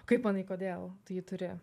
kaip manai kodėl tu jį turi